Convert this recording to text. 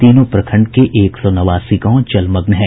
तीनों प्रखंड के एक सौ नवासी गांव जलमग्न है